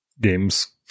games